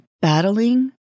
battling